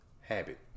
habit